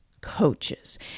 coaches